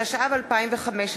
התשע"ו 2015,